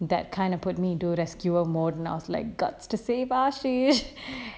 that kind of put me into rescuer mode now it's like god save ashey